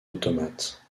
automate